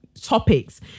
topics